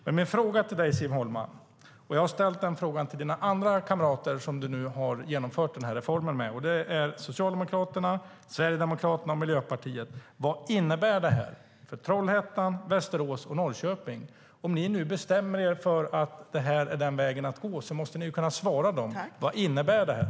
Jag har en fråga till Siv Holma som jag också har ställt till de kamrater som hon genomfört den här reformen med, det vill säga Socialdemokraterna, Sverigedemokraterna och Miljöpartiet: Vad innebär det här för Trollhättan, Västerås och Norrköping? Om ni nu bestämmer er för att det här är vägen att gå, då måste ni kunna svara dem. Vad innebär detta?